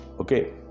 okay